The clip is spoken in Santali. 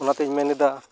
ᱚᱱᱟᱛᱤᱧ ᱢᱮᱱ ᱮᱫᱟ